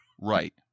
Right